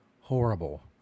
horrible